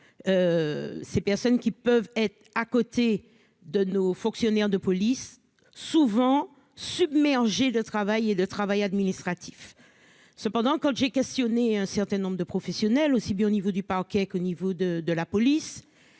ces personnes qui peuvent être à côté de nos fonctionnaires de police souvent submergé de travail et de travail administratif cependant quand j'ai questionné un certain nombre de professionnels aussi bien au niveau du parquet qu'au niveau de, de la police,